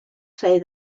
say